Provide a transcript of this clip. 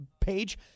page